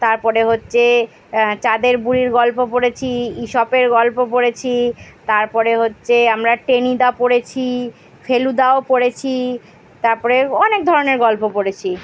তারপরে হচ্ছে চাঁদের বুড়ির গল্প পড়েছি ইশপের গল্প পড়েছি তারপরে হচ্ছে আমরা টেনিদা পড়েছি ফেলুদাও পড়েছি তারপরে অনেক ধরনের গল্প পড়েছি